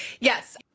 Yes